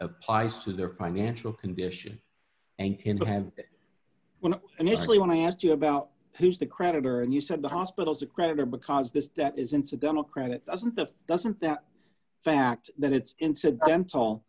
applies to their financial condition and kinda have when initially when i asked you about who's the creditor and you said the hospital's a creditor because this debt is incidental credit doesn't that doesn't that fact that it's incidental